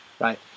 right